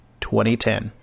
2010